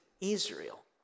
Israel